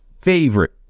favorite